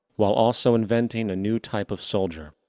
while also inventing a new type of soldier.